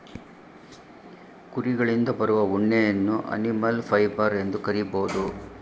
ಕುರಿಗಳಿಂದ ಬರುವ ಉಣ್ಣೆಯನ್ನು ಅನಿಮಲ್ ಫೈಬರ್ ಎಂದು ಕರಿಬೋದು